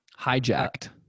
hijacked